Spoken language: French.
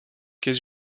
est